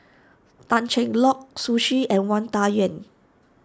Tan Cheng Lock Zhu Xu and Wang Dayuan